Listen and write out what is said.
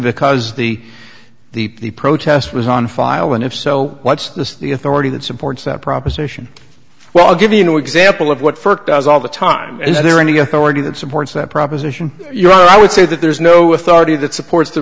because the the protest was on file and if so what's the the authority that supports that proposition well i'll give you no example of what firth does all the time is there any authority that supports that proposition your i would say that there is no authority that supports the